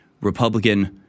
Republican